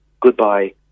goodbye